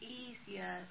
easier